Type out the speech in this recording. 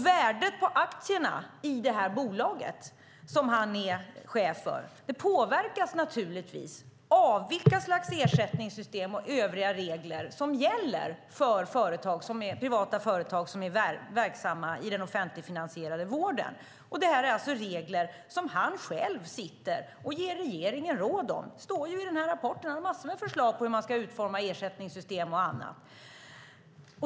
Värdet på aktierna i det bolag som han är chef för påverkas naturligtvis av vilka slags ersättningssystem och övriga regler som gäller för privata företag som är verksamma i den offentligfinansierade vården. Detta är alltså regler som han själv sitter och ger regeringen råd om. Det står i rapporten. Han har massor med förslag på hur man ska utforma ersättningssystem och annat.